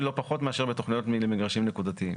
לא פחות מאשר בתכניות למגרשים נקודתיים.